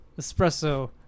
espresso